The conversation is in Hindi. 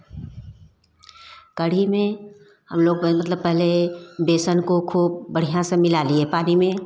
कढ़ी में हम लोग मतलब पहले बेसन को खूब बढ़िया से मिला लिये पानी में